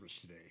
today